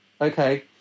okay